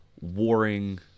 warring